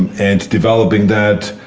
and developing that.